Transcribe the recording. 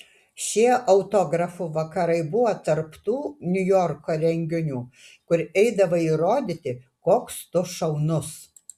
šie autografų vakarai buvo tarp tų niujorko renginių kur eidavai įrodyti koks tu šaunus